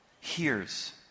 Hears